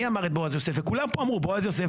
אמר את 'בועז יוסף' וכולם פה אמרו 'בועז יוסף,